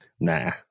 Nah